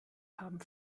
haben